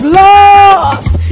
lost